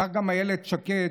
כך גם אילת שקד,